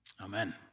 amen